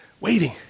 waiting